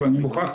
שהיא חשובה מאוד.